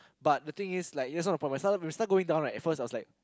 but the thing is like you know some of the start start going down at first I was like